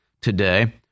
today